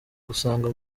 gusanga